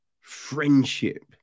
friendship